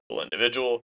individual